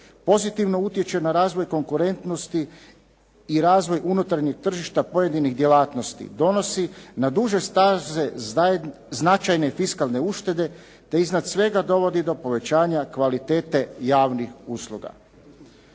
Pozitivno utječe na razvoj konkurentnosti i razvoj unutarnjeg tržišta pojedinih djelatnosti, donosi na duže staze značajne fiskalne uštede, te iznad svega dovodi do povećanja kvalitete javnih usluga.